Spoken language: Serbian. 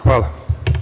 Hvala.